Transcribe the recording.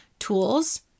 tools